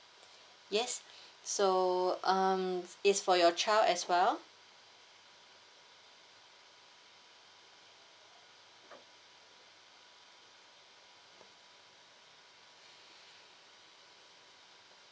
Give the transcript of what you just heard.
yes so um it's for your child as well